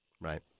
Right